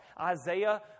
Isaiah